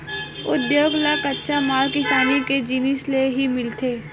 उद्योग ल कच्चा माल किसानी के जिनिस ले ही मिलथे